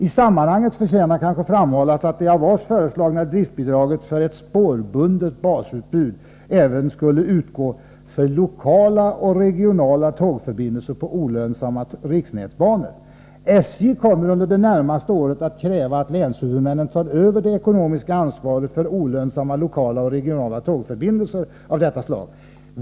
I sammanhanget förtjänar framhållas att det av oss föreslagna driftsbidraget för ett spårbundet ”basutbud” skulle utgå även för lokala och regionala tågförbindelser på olönsamma riksnätsbanor. SJ kommer under det närmaste året att kräva att länshuvudmännen tar över det ekonomiska ansvaret för olönsamma lokala och regionala tågförbindelser av detta slag.